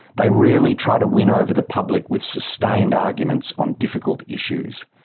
they rarely try to win over the public with sustained arguments on difficult issues.